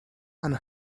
and